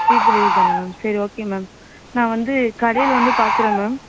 free டெலிவெரிதானா ma'am சரி okay ma'am நான் வந்து கடையில் வந்து பார்க்குறேன் மேம்